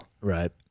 Right